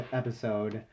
episode